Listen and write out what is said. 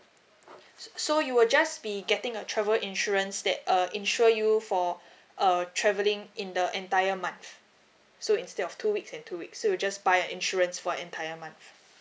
so so you will just be getting a travel insurance that uh insure you for err travelling in the entire month so instead of two weeks and two weeks so you just buy an insurance for entire month